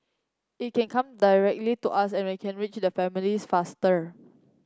it can come directly to us and we can reach the families faster